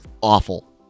awful